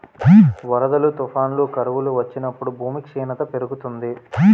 వరదలు, తుఫానులు, కరువులు వచ్చినప్పుడు భూమి క్షీణత పెరుగుతుంది